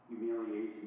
humiliation